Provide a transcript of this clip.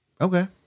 okay